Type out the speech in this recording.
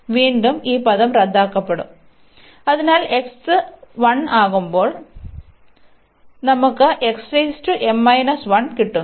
അതിനാൽ വീണ്ടും ഈ പദം റദ്ദാക്കപ്പെടും അതിനാൽ ആകുമ്പോൾ നമുക്ക് കിട്ടുന്നു